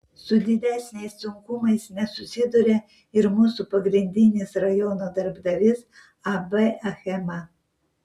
su didesniais sunkumais nesusiduria ir mūsų pagrindinis rajono darbdavys ab achema